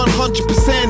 100%